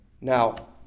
Now